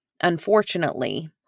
Unfortunately